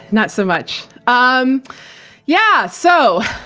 not so much. um yeah, so,